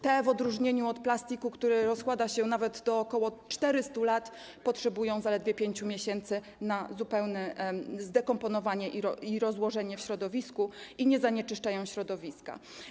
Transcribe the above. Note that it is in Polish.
Te w odróżnieniu od plastiku, który rozkłada się nawet przez ok. 400 lat, potrzebują zaledwie 5 miesięcy na zupełne zdekomponowanie i rozłożenie w środowisku i nie zanieczyszczają środowiska.